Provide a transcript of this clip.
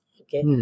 Okay